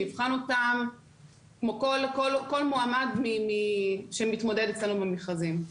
נבחן אותם כמו כל מועמד שמתמודד אצלנו במכרזים.